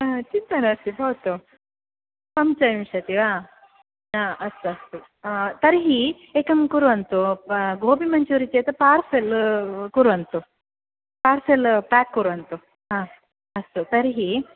चिन्ता नास्ति भवतु पञ्चविंशतिः वा अस्तु अस्तु तर्हि एकं कुर्वन्तु ब गोबि मञ्चुरी चेत् पार्सेल् कुर्वन्तु पार्सेल् प्याक् कुर्वन्तु हा अस्तु तर्हि